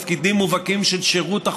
תפקידים מובהקים של שירות החוץ,